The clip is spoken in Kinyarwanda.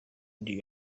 radio